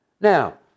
Now